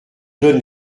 donne